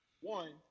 one